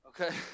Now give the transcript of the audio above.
Okay